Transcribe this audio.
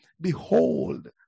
behold